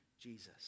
Jesus